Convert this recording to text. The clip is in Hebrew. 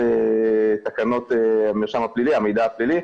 אלה תקנות המידע הפלילי.